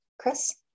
Chris